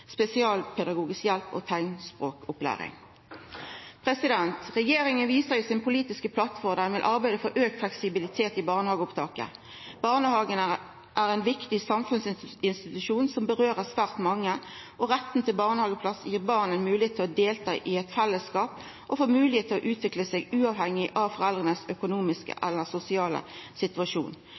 spesialpedagogisk hjelp og teiknspråkopplæring. Regjeringa viser i den politiske plattforma si at ho vil arbeida for auka fleksibilitet i barnehageopptaket. Barnehagen er ein viktig samfunnsinstitusjon for svært mange, og retten til barnehageplass gir barn ein moglegheit til å delta i eit fellesskap og få moglegheit til å utvikla seg uavhengig av foreldras økonomiske eller sosiale situasjon.